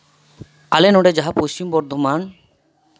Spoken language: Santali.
ᱟᱞᱮ ᱱᱚᱸᱰᱮ ᱡᱟᱦᱟᱸ ᱯᱚᱥᱪᱤᱢ ᱵᱚᱨᱫᱷᱚᱢᱟᱱ